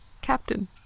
Captain